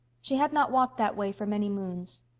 she had not walked that way for many moons.